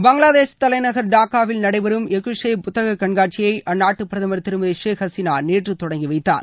பங்களாதேஷ் தலைநகர் டாக்காவில் நடைபெறும் எக்குஷே புத்தக கண்காட்சியை அந்நாட்டு பிரதமர் திருமதி ஷேக் ஹசினா நேற்று தொடங்கி வைத்தார்